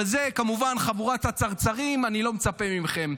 אבל זה, כמובן, חבורת הצרצרים, אני לא מצפה מכם.